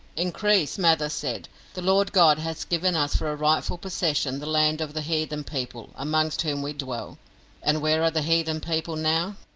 increase mather said the lord god has given us for a rightful possession the land of the heathen people amongst whom we dwell and where are the heathen people now?